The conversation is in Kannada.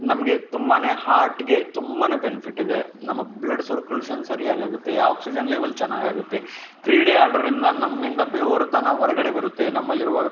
ನಮಗೆ ತುಂಬಾ ಹಾರ್ಟಿಗೆ ತುಂಬಾ ಬೆನಿಫಿಟಿದೆ ನಮ್ಮ ಬ್ಲಡ್ ಸರ್ಕ್ಯುಲೇಷನ್ ಸರಿಯಾಗಿ ಆಗುತ್ತೆ ಆಕ್ಸಿಜನ್ ಲೆವೆಲ್ ಚೆನ್ನಾಗಿ ಆಗುತ್ತೆ ಕ್ರೀಡೆ ಆಡೋದ್ರಿಂದ ನಮ್ಮಿಂದ ಬೆವರುತನ ಹೊರಗಡೆ ಬರುತ್ತೆ ನಮ್ಮಲ್ಲಿರುವ